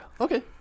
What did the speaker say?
Okay